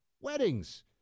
weddings